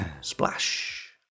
Splash